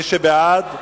לא,